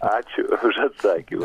ačiū už atsakymą